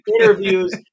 interviews